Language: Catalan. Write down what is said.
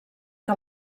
que